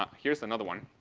um here's another one.